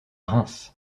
reims